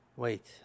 Wait